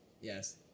Yes